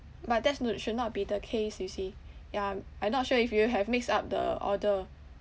but that's not should not be the case you see ya mm I not sure if you have mixed up the order